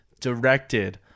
directed